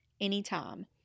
anytime